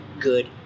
good